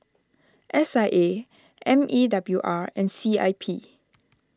S I A M E W R and C I P